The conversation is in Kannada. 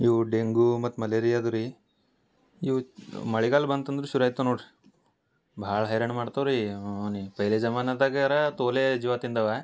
ಇವು ಡೆಂಗೂ ಮತ್ತೆ ಮಲೇರಿಯಾ ಅದು ರೀ ಇವು ಮಳಿಗಾಲ ಬಂತು ಅಂದ್ರ ಶುರು ಆಯಿತು ನೋಡ್ರಿ ಭಾಳ ಹೈರಾಣ ಮಾಡ್ತವೆ ರೀ ಪೆಹ್ಲೆ ಜಮಾನದಾಗಾರ ತೋಲೇ ಜೀವ ತಿಂದಾವ